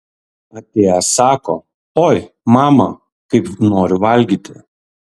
atėjęs sako oi mama kaip noriu valgyti